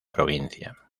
provincia